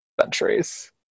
centuries